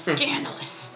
Scandalous